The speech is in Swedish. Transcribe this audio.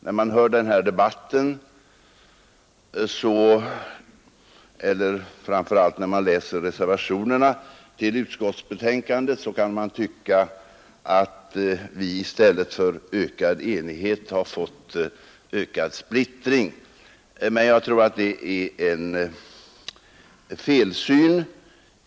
När man hör den här debatten, och framför allt när man läser reservationerna till utskottsbetänkandet, kan man tycka att vi i stället för ökad enighet har fått ökad splittring. Men jag tror att det är en felsyn.